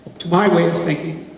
to my way of thinking,